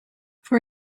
for